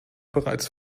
bereits